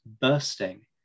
bursting